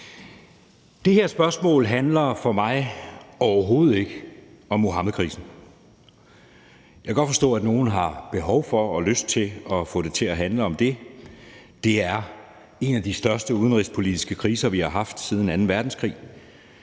Det her spørgsmål handler for mig overhovedet ikke om Muhammedkrisen. Jeg kan godt forstå, at nogle har behov for og lyst til at få det her til at handle om det – det er en af de største udenrigspolitiske kriser, vi har haft siden anden verdenskrig